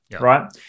right